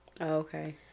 Okay